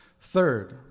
Third